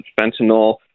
fentanyl